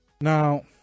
now